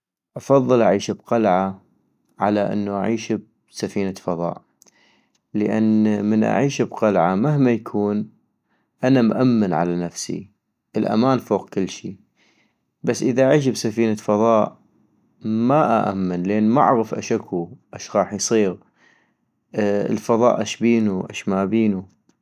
افضل أعيش بقلعة على انو اعيش بسفينة فضاء - لان من أعيش بقلعة مهما يكون أنا مأمن على نفسي ، الامان فوق كلشي - بس اذا أعيش بسفينة فضاء ما أئمن لان معغف اش اكو اش غاح يصيغ ، الفضاء اشبينو اش ما بينو